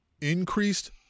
increased